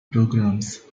programs